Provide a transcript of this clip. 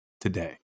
today